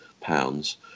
pounds